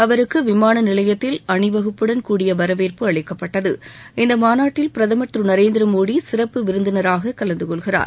அவருக்கு விமான நிலையத்தில் அணிவகுப்புடன் கூடிய வரவேற்பு அளிக்கப்பட்டது இந்த மாநாட்டில் பிரதமர் திரு நரேந்திர மோடி சிறப்பு விருந்தினராக கலந்துகொள்கிறார்